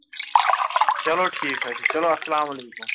چلو ٹھیٖک حظ چھُ چلو السلام علیکُم